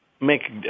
Make